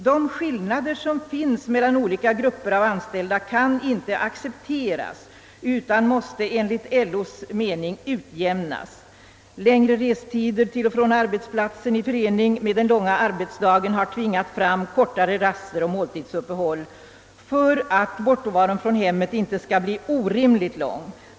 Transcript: De skillnader som nu finns mellan olika grupper av anställda kan inte accepteras utan måste enligt LO:s mening utjämnas. Längre restider till och från arbetsplatsen, i förening med den långa arbetsdagen, har tvingat fram kortare raster och måltidsuppehåll för att bortovaron från hemmet inte skall bli orimligt lång.